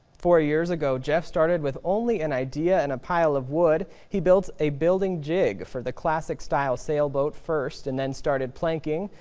four years ago, jeff started with only an idea and a pile of wood. he built a building jigfor the classic style sailboat first and then started planking.